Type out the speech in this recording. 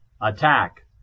Attack